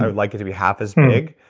i would like it to be half as big,